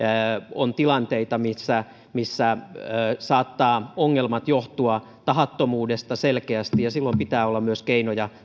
on tilanteita missä missä ongelmat saattavat johtua tahattomuudesta selkeästi ja silloin tällaisissa tilanteissa pitää olla myös keinoja